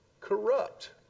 corrupt